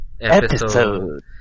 episode